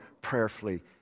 prayerfully